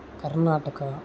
Karnataka